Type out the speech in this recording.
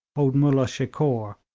old moolla shikore,